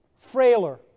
Frailer